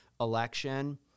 election